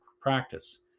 practice